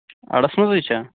اَڑس منٛزٕے چھا